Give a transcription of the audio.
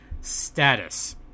status